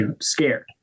scared